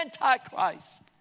Antichrist